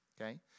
okay